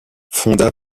fonda